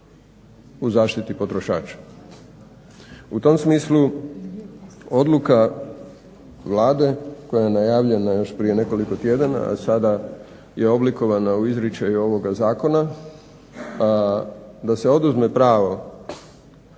U tom smislu odluka Vlade koja je najavljena još prije nekoliko tjedana, a sada je oblikovana u izričaju ovoga zakona da se oduzme pravo